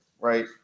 right